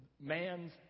man's